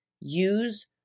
use